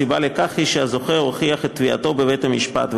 הסיבה לכך היא שהזוכה הוכיח את תביעתו בבית-המשפט,